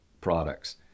products